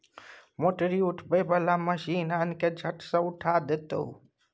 मोटरी उठबै बला मशीन आन ने झट सँ उठा देतौ